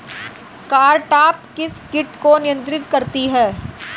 Cartap किस किट को नियंत्रित करती है?